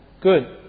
good